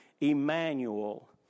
Emmanuel